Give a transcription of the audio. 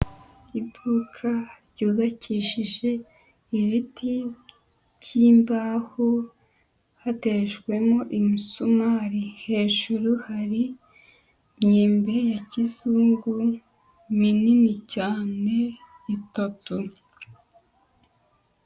Iduka ryubakishije ibiti by'imbaho hatejwemo imisumari, hejuru hari imyembe ya kizungu minini cyane itatu.